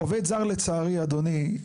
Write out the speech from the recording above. אדוני,